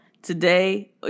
Today